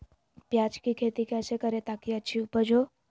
प्याज की खेती कैसे करें ताकि अच्छी उपज हो?